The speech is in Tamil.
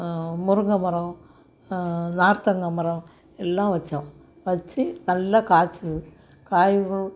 முருங்கைமரம் நார்த்தங்காய் மரம் எல்லாம் வச்சோம் வச்சு நல்லா காய்ச்சிது காய்களும்